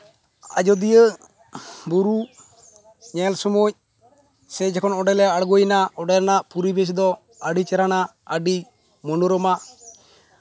ᱟᱡᱳᱫᱤᱭᱟᱹ ᱵᱩᱨᱩ ᱧᱮᱞ ᱥᱚᱢᱚᱭ ᱥᱮ ᱡᱚᱠᱷᱚᱱ ᱚᱸᱰᱮᱞᱮ ᱟᱬᱜᱳᱭᱮᱱᱟ ᱚᱸᱰᱮᱱᱟᱜ ᱯᱚᱨᱤᱵᱮᱥ ᱫᱚ ᱟᱹᱰᱤ ᱪᱮᱦᱨᱟᱱᱟ ᱟᱹᱰᱤ ᱢᱚᱱᱳᱨᱚᱢᱟ